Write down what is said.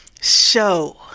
show